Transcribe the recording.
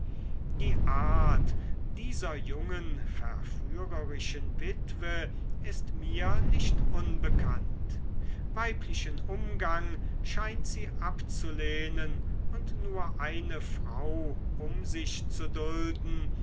die art dieser jungen verführerischen witwe ist mir nicht unbekannt weiblichen umgang scheint sie abzulehnen und nur eine frau um sich zu leiden